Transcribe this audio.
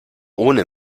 ohne